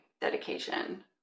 dedication